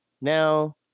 Now